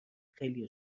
خیلیا